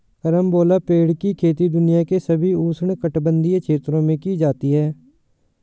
carambola पेड़ की खेती दुनिया के सभी उष्णकटिबंधीय क्षेत्रों में की जाती है